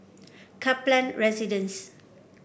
Kaplan Residence